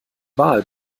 wahl